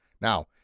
Now